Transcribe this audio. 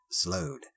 slowed